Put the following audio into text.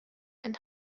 and